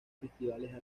festivales